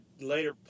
later